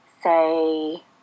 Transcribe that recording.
say